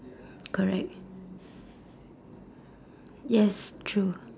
yes true